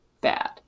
bad